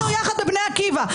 ונגיד שהיינו יחד בבני עקיבא,